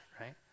right